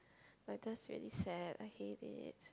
but that's really sad I hate it